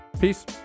Peace